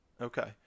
Okay